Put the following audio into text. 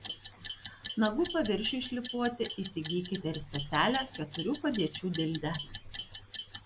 nagų paviršiui šlifuoti įsigykite ir specialią keturių padėčių dildę